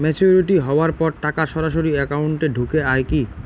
Maturity হওয়ার পর টাকা সরাসরি একাউন্ট এ ঢুকে য়ায় কি?